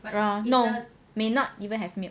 no may not even have milk